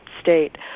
state